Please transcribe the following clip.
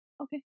okay